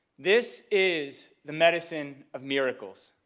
this is the medicine of miracles.